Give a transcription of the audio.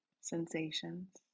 sensations